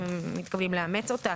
אם הם מתכוונים לאמץ אותה,